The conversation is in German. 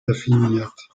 definiert